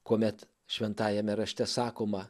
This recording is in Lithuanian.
kuomet šventajame rašte sakoma